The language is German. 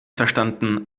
verstanden